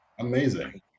amazing